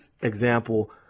example